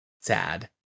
sad